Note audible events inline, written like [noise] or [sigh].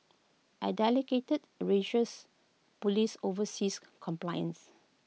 A [unintelligible] religious Police oversees compliance